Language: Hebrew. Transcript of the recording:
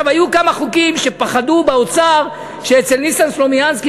היו כמה חוקים שפחדו באוצר שאצל ניסן סלומינסקי,